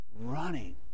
running